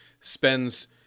spends